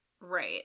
Right